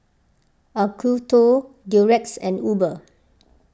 Acuto Durex and Uber